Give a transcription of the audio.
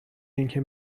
اینکه